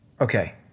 Okay